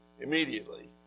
immediately